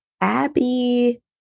Abby